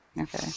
Okay